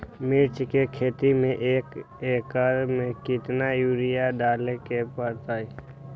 मिर्च के खेती में एक एकर में कितना यूरिया डाले के परतई?